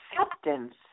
acceptance